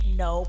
no